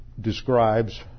describes